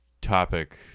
topic